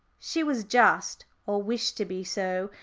she was just, or wished to be so,